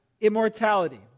immortality